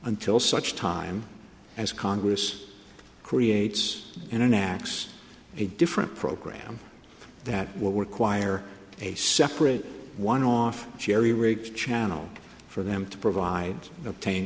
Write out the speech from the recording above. until such time as congress creates an axe a different program that will work wire a separate one off jerry rigged channel for them to provide obtain